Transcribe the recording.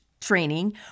training